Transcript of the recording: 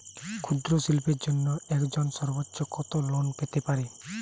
ক্ষুদ্রশিল্পের জন্য একজন সর্বোচ্চ কত লোন পেতে পারে?